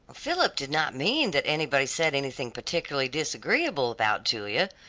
philip did not mean that anybody said anything particularly disagreeable about julia,